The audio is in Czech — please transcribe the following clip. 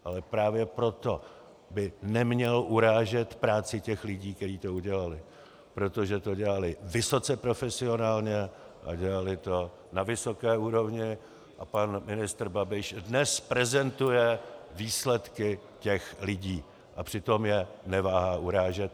Ale právě proto by neměl urážet práci těch lidí, kteří to udělali, protože to dělali vysoce profesionálně a dělali to na vysoké úrovni, a pan ministr Babiš dnes prezentuje výsledky těch lidí, a přitom je neváhá urážet.